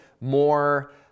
more